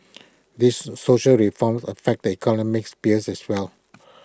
these social reforms affect the economic sphere as well